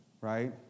right